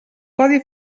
codi